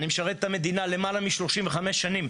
אני משרת את המדינה למעלה מ-35 שנים.